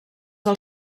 del